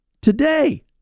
today